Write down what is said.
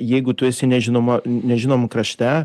jeigu tu esi nežinoma nežinomam krašte